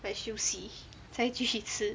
like 休息才继续吃